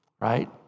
right